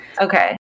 Okay